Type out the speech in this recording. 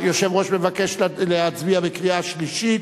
היושב-ראש מבקש להצביע בקריאה שלישית,